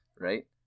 Right